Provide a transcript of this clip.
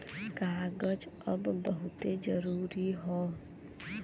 कागज अब बहुते जरुरी हौ